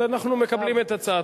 אבל אנחנו מקבלים את הצעתך.